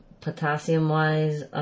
potassium-wise